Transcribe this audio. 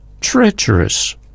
treacherous